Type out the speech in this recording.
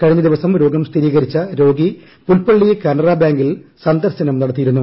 കഴിഞ്ഞ ദിവസം രോഗം സ്ഥിരീകരിച്ച രോഗി പുൽപ്പള്ളി കാനറാബാങ്കിൽ സന്ദർശനം നടത്തിയിരുന്നു